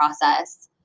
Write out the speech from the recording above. process